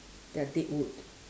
they are dead wood